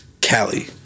Cali